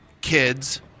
kids